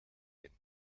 hin